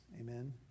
amen